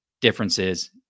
differences